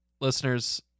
listeners